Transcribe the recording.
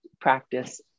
practice